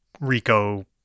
Rico